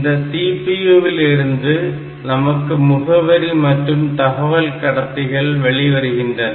இந்த CPU விலிருந்து நமக்கு முகவரி மற்றும் தகவல் கடத்திகள் வெளிவருகின்றன